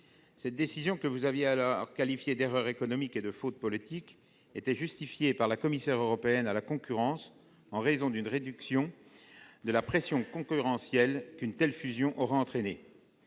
et des finances avait alors qualifiée d'erreur économique et de faute politique, était justifiée par la commissaire européenne à la concurrence en raison de la réduction de la pression concurrentielle qu'une telle fusion aurait entraînée.